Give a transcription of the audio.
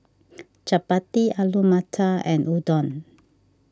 Chapati Alu Matar and Udon